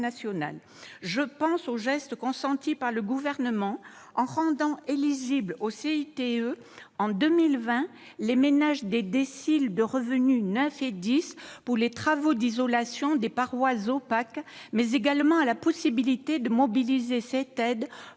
Je pense au geste consenti par le Gouvernement en rendant éligibles au CITE en 2020 les ménages des déciles de revenus neuf et dix pour les travaux d'isolation des parois opaques, mais également à la possibilité de mobiliser cette aide